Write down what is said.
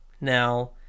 Now